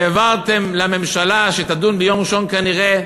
העברתם לממשלה, שתדון ביום ראשון, כנראה,